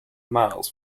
miles